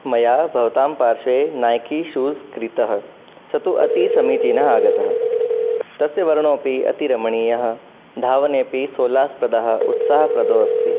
मया भवतां पार्श्वे नैकी शूज़् क्रीतः सः तु अति समीचीनः आगतः तस्य वर्णोऽपि अतिरमणीयः धावनेऽपि सोल्लासप्रदः उत्साहप्रदः अस्ति